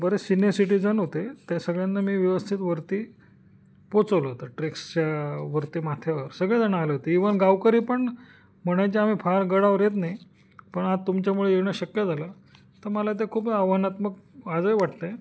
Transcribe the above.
बरेच senior citizen होते त्या सगळ्यांना मी व्यवस्थित वरती पोचवलं होतं ट्रेक्सच्या वरती माथ्यावर सगळेजणं आले होते इव्हन गावकरी पण म्हणायचे आम्ही फार गडावर येत नाही पण आज तुमच्यामुळे येणं शक्य झालं तर मला ते खूप आव्हानात्मक आजही वाटतं आहे